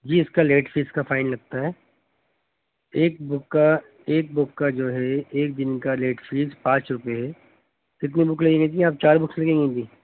جی اس کا late fees کا فائن لگتا ہے ایک بک کا ایک بک کا جو ہے ایک دن کا لیٹ فیس پانچ روپے ہے کتنے بک لگیں گے جی آپ چار بکس لگیں گے جی